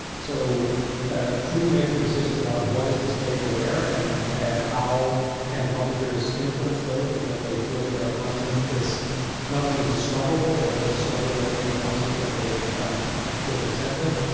so ah who makes the decisions about what is displayed where? and how can publishers influence those so that they feel that their content is not only discoverable, but also discoverable in a context that they feel content with?